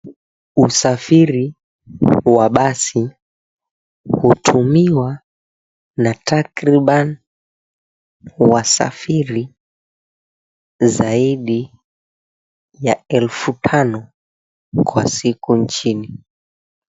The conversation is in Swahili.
Usafiri wa basi hutumiwa na takriban wasafiri zaidi ya elfu tano kwa siku nchini.